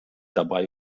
dabei